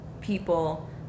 people